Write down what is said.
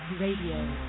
Radio